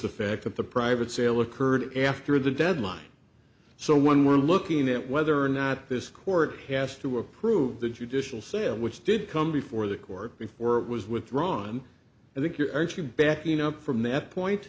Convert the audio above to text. the fact that the private sale occurred after the deadline so when we're looking at whether or not this court has to approve the judicial sale which did come before the court before it was withdrawn and that you're actually backing up from that point